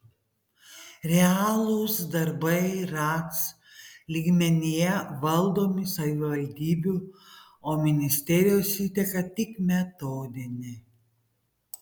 realūs darbai ratc lygmenyje valdomi savivaldybių o ministerijos įtaka tik metodinė